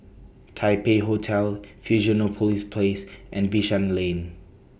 Taipei Hotel Fusionopolis Place and Bishan Lane